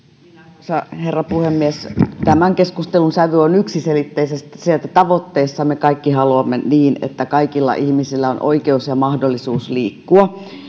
arvoisa herra puhemies tämän keskustelun sävy on yksiselitteisesti se että tavoitteissa me kaikki haluamme niin että kaikilla ihmisillä on oikeus ja mahdollisuus liikkua